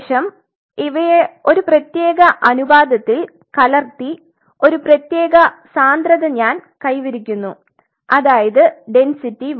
ശേഷം ഇവയെ ഒരു പ്രത്യേക അനുപാതത്തിൽ കലർത്തി ഒരു പ്രത്യേക സാന്ദ്രത ഞാൻ കൈവരിക്കുന്നു അതായത് ഡെന്സിറ്റി 1